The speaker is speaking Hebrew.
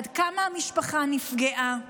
עד כמה המשפחה נפגעה,